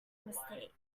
mistake